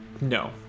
No